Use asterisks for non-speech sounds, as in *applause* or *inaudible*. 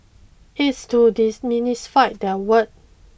it's to *unintelligible* demystify that word